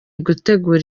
gutegura